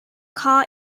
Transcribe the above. car